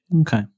Okay